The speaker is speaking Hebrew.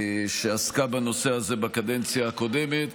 שעסקה בנושא הזה בקדנציה הקודמת,